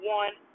one